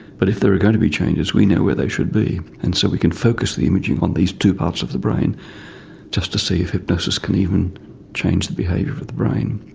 but if there are going to be changes we know where they should be, and so we can focus the imaging in these two parts of the brain just to see if hypnosis can even change the behaviour of of the brain.